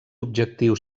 objectiu